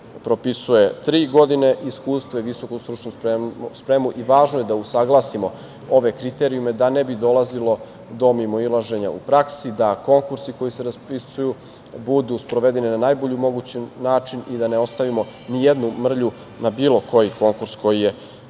propisuje tri godine iskustva i visoku stručnu spremu i važno je da usaglasimo ove kriterijume, da ne bi dolazilo do mimoilaženja u praksi, da konkursi koji se raspisuju budu sprovedeni na najbolji mogući način i da ne ostavimo nijednu mrlju na bilo koji konkurs koji je